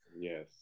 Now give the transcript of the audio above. Yes